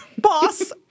Boss